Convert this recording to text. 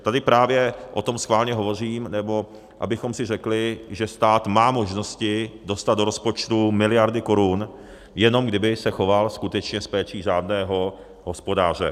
Tady právě o tom schválně hovořím, abychom si řekli, že stát má možnosti dostat do rozpočtu miliardy korun, jenom kdyby se choval skutečně s péčí řádného hospodáře.